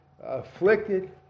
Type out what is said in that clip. afflicted